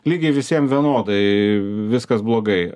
lygiai visiem vienodai viskas blogai